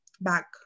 back